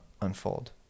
unfold